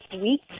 week